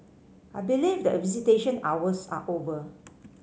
I believe that visitation hours are over